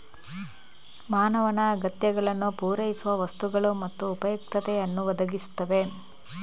ಮಾನವನ ಅಗತ್ಯಗಳನ್ನು ಪೂರೈಸುವ ವಸ್ತುಗಳು ಮತ್ತು ಉಪಯುಕ್ತತೆಯನ್ನು ಒದಗಿಸುತ್ತವೆ